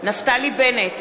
נפתלי בנט,